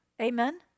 Amen